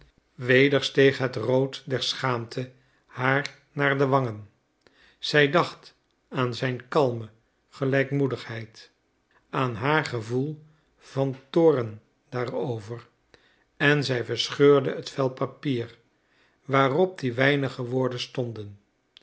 weder steeg het rood der schaamte haar naar de wangen zij dacht aan zijn kalme gelijkmoedigheid aan haar gevoel van toorn daarover en zij verscheurde het vel papier waarop die weinige woorden stonden